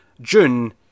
June